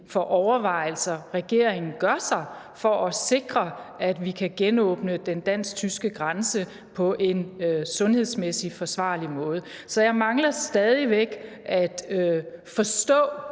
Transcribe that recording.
for overvejelser, regeringen gør sig for at sikre, at vi kan genåbne den dansk-tyske grænse på en sundhedsmæssig forsvarlig måde. Så jeg mangler stadig væk at forstå